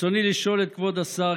רצוני לשאול את כבוד השר,